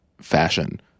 fashion